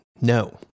No